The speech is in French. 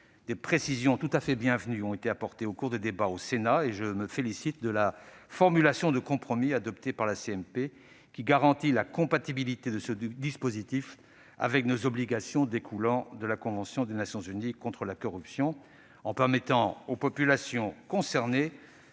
Des précisions tout à fait bienvenues ont été apportées au cours des débats au Sénat. Je me félicite de la formulation de compromis adoptée par la commission mixte paritaire, qui garantit la compatibilité de ce dispositif avec nos obligations découlant de la convention des Nations unies contre la corruption, en permettant aux populations concernées